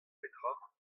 petra